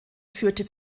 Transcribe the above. führte